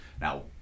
Now